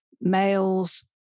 males